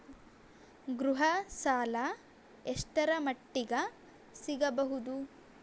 ಗೃಹ ಸಾಲ ಎಷ್ಟರ ಮಟ್ಟಿಗ ಸಿಗಬಹುದು?